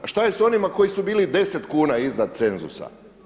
A što je sa onima koji su bili 10 kuna iznad cenzusa?